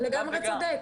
אתה לגמרי צודק.